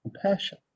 compassion